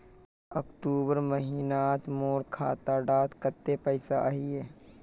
अक्टूबर महीनात मोर खाता डात कत्ते पैसा अहिये?